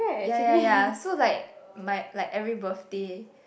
ya ya ya so like my like every birthday